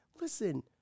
Listen